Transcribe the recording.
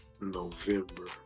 november